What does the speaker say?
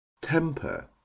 temper